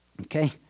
Okay